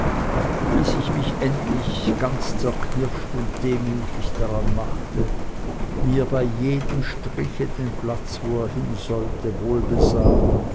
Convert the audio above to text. bis ich endlich mich ganz zerknirscht und demütig daranmachte mir bei jedem striche den platz wo er hinsollte wohl besah